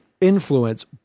influence